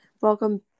Welcome